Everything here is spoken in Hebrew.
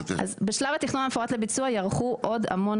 אז בשלב התכנון המפורט לביצוע ייערכו עוד המון